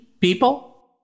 people